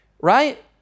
right